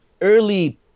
early